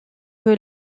que